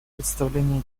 представления